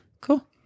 cool